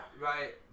Right